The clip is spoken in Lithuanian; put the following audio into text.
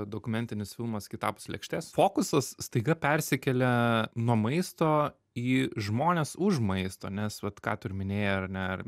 dokumentinis filmas kitapus lėkštės fokusas staiga persikelia nuo maisto į žmones už maisto nes vat ką tu ir minėjai ar ne